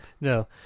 no